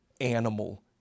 animal